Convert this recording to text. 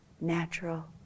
natural